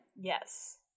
Yes